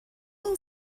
این